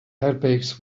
airbags